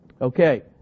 okay